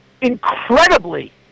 incredibly